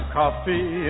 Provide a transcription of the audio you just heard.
coffee